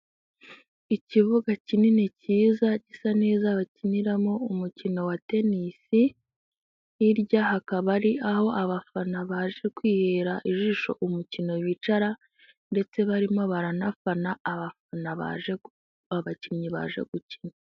Ikibuga kinini cyiza gisa neza bakiniramo umukino wa tenisi hirya hakaba ari aho abafana baje kwihera ijisho umukino bicara, ndetse barimo baranafana baje bakinnyi baje gukina.